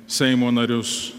seimo narius